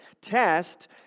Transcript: test